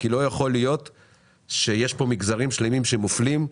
כי לא יכול להיות שיש פה מגזרים שלמים שמופלים.